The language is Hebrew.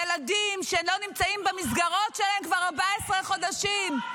ילדים שלא נמצאים במסגרות שלהם כבר 14 חודשים.